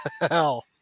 hell